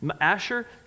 Asher